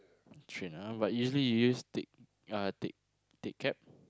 train ah but usually you use take uh take take cab